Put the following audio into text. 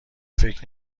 فکر